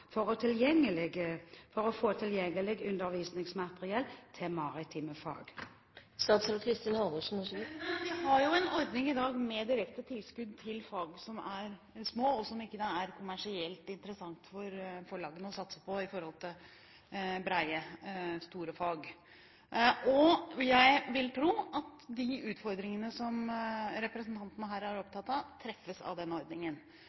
for å få tilgjengelig undervisningsmateriell til maritime fag? Vi har en ordning i dag med direkte tilskudd til fag som er små, og som det ikke er kommersielt interessant for forlagene å satse på, sammenliknet med brede, store fag. Jeg vil tro at de utfordringene som representanten her er opptatt av, treffes av den ordningen.